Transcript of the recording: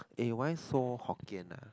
eh why so Hokkien ah